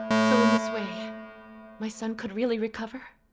so in this way my son could really recover.